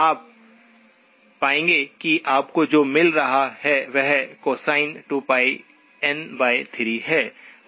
आप पाएंगे कि आपको जो मिल रहा है वह कोसाइन 2πn3 है